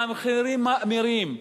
והמחירים מאמירים.